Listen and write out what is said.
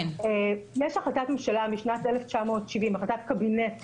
יש החלטת ממשלה משנת 1970, החלטת קבינט,